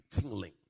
tingling